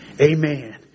Amen